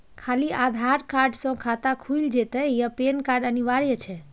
खाली आधार कार्ड स खाता खुईल जेतै या पेन कार्ड अनिवार्य छै?